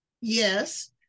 yes